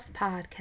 podcast